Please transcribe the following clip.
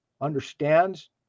understands